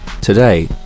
Today